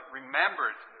remembered